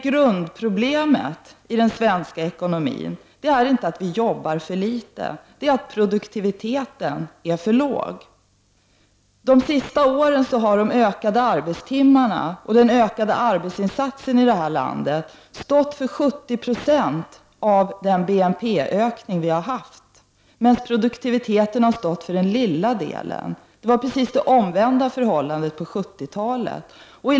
Grundproblemet i den svenska ekonomin är alltså inte att vi skulle jobba för litet, utan att produktiviteten är för låg. Under det senaste året har det ökade antalet arbetstimmar och de ökade arbetsinsatserna i landet stått för 70 20 av BNP-ökningen. Den höjda produktiviteten däremot har stått för den mindre delen av BNP-ökningen. Förhållandet var det omvända på 1970-talet.